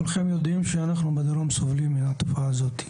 כולכם יודעים שאנחנו בדרום סובלים מהתופעה הזאת.